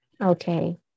okay